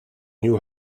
new